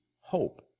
hope